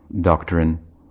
doctrine